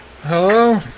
Hello